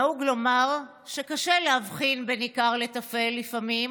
נהוג לומר שקשה להבחין בין עיקר לטפל לפעמים,